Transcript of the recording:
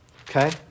Okay